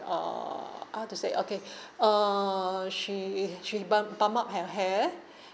uh how to say okay uh she she bun bun up her hair